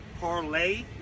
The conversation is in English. parlay